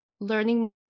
learning